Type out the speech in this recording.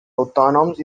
autònoms